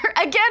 Again